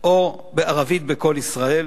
או בערבית ב"קול ישראל"?